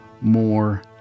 more